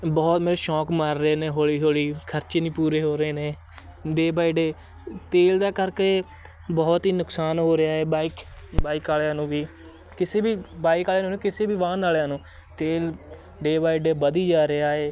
ਬਹੁਤ ਮੇਰੇ ਸ਼ੌਕ ਮਰ ਰਹੇ ਨੇ ਹੌਲੀ ਹੌਲੀ ਖਰਚੇ ਨਹੀਂ ਪੂਰੇ ਹੋ ਰਹੇ ਨੇ ਡੇ ਬਾਏ ਡੇ ਤੇਲ ਦਾ ਕਰਕੇ ਬਹੁਤ ਹੀ ਨੁਕਸਾਨ ਹੋ ਰਿਹਾ ਹੈ ਬਾਈਕ ਬਾਈਕ ਵਾਲਿਆਂ ਨੂੰ ਵੀ ਕਿਸੇ ਵੀ ਬਾਈਕ ਵਾਲੇ ਨੂੰ ਨਹੀਂ ਕਿਸੇ ਵੀ ਵਾਹਨ ਵਾਲਿਆਂ ਨੂੰ ਤੇਲ ਡੇ ਬਾਏ ਡੇ ਵਧੀ ਜਾ ਰਿਹਾ ਹੈ